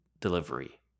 delivery